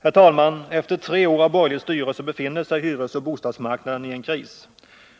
Herr talman! Efter tre år av borgerligt styre befinner sig hyresoch bostadsmarknaden i en kris.